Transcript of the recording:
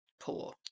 poor